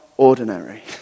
ordinary